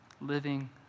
living